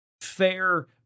fair